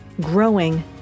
growing